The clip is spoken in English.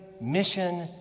mission